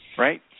Right